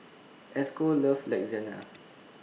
Esco loves Lasagna